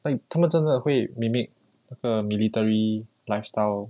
like 他们真的会 mimic 那个 the military lifestyle